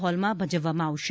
હોલમાં ભજવવામાં આવશે